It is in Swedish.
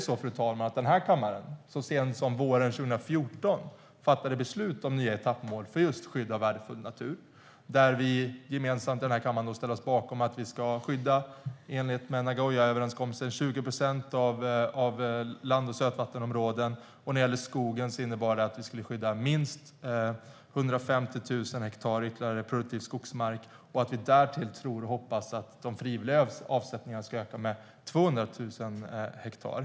Så sent som våren 2014 fattade kammaren beslut om nya etappmål för just skydd av värdefull natur där vi gemensamt ställde oss bakom att vi enligt Nagoyaöverenskommelsen ska skydda 20 procent av våra land och sötvattensområden och ytterligare minst 150 000 hektar produktiv skogsmark. Därtill hoppas vi att de frivilliga avsättningarna ska öka med 200 000 hektar.